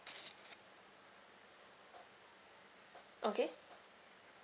okay